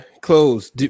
close